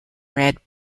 red